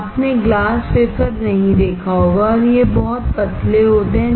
आपने glass wafer नहीं देखा होगा और ये बहुत पतले होते हैं